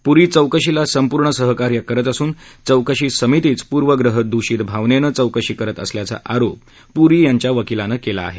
पुरी चौकशीला संपूर्ण सहकार्य करत असून चौकशी समितीच पूर्वग्रह दूषित भावनेनं चौकशी करत असल्याचा आरोप पुरी यांच्या वकीलानं केला आहे